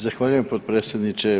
Zahvaljujem potpredsjedniče.